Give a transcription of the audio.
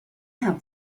have